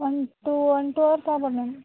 ಒಂದು ಟೂ ಒಂದು two hours ಆಗ್ಬೋದು ಮ್ಯಾಮ್